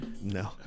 No